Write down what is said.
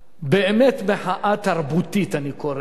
באמת מחאה תרבותית, כך אני קורא לה,